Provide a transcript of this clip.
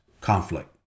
conflict